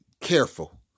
careful